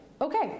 okay